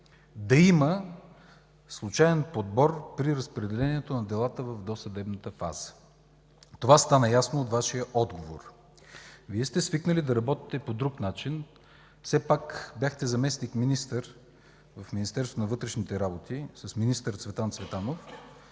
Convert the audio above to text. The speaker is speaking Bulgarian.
да има случаен подбор при разпределението на делата в досъдебната фаза. Това стана ясно от Вашия отговор. Вие сте свикнали да работите по друг начин. Все пак бяхте заместник-министър в Министерството на вътрешните работи с министър Цветан Цветанов,